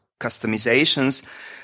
customizations